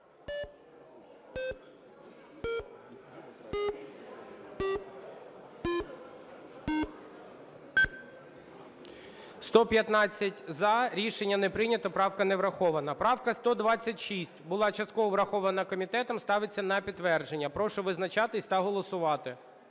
За-115 Рішення не прийнято. Правка не врахована. Правка 126, Була частково врахована комітетом. Ставиться на підтвердження. Прошу визначатися та голосувати.